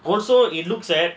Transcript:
also it looks at